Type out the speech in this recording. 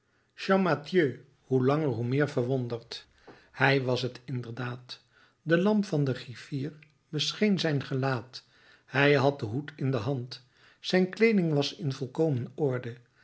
champmathieu hoe langer hoe meer verwonderd hij was t inderdaad de lamp van den griffier bescheen zijn gelaat hij had den hoed in de hand zijn kleeding was in volkomen orde